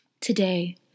Today